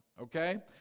okay